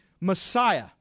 Messiah